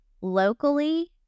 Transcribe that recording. locally